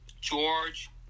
George